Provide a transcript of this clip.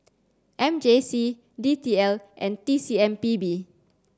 M J C D T L and T C M B B